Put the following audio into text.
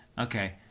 Okay